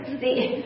see